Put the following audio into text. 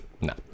No